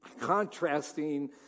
contrasting